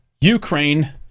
Ukraine